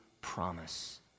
promise